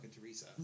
Teresa